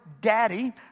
Daddy